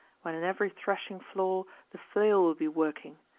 when in every threshing-floor the flail will be working,